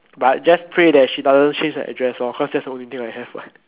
but just pray that she doesn't change her address lor because that's the only thing I have what